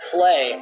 Play